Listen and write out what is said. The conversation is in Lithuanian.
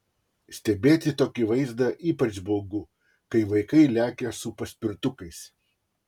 stebėti tokį vaizdą ypač baugu kai vaikai lekia su paspirtukais